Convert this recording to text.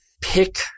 Pick